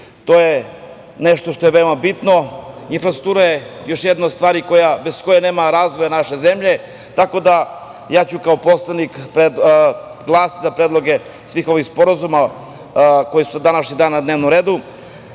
to je nešto što je veoma bitno. Infrastruktura je još jedna od stvari bez koje nema razvoja naše zemlje, tako da ću kao poslanik glasati za predloge svih ovih sporazuma koji su na dnevnom redu. Sa